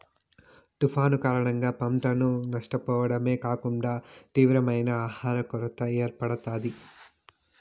తుఫానులు కారణంగా పంటను నష్టపోవడమే కాకుండా తీవ్రమైన ఆహర కొరత ఏర్పడుతాది